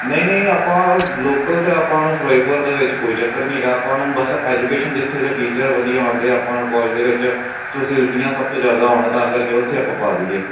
ਨਹੀਂ ਨਹੀਂ ਆਪਾਂ ਲੋਕਲ ਤਾਂ ਆਪਾਂ ਨੂੰ ਫਿਰੋਜ਼ਪੁਰ ਦੇ ਵਿੱਚ ਕੋਈ ਚੱਕਰ ਨਹੀਂ ਹੈਗਾ ਆਪਾਂ ਉਹਨਾਂ ਨੂੰ ਬਸ ਐਜੂਕੇਸ਼ਨ ਜਿੱਥੇ ਦੇ ਟੀਚਰ ਵਧੀਆ ਹੋਣ ਅਤੇ ਆਪਾਂ ਨੂੰ ਸਕੂਲ ਦੇ ਵਿੱਚ ਫੈਸਿਲਟੀਆਂ ਸਭ ਤੋਂ ਜ਼ਿਆਦਾ ਹੋਣ ਤਾਂ ਕਰਕੇ ਉੱਥੇ ਆਪਾਂ ਪਾ ਦੇਈਏ